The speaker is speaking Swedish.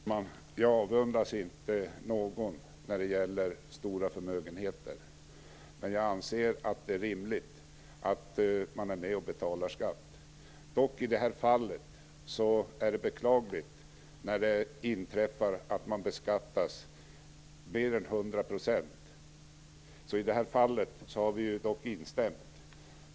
Herr talman! Jag avundas inte någon när det gäller stora förmögenheter, men jag anser att det är rimligt att man är med och betalar skatt. Det är dock beklagligt när det, som i det här fallet, inträffar att man beskattas mer än 100 %. I det här fallet har vi instämt.